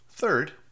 Third